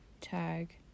tag